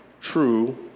true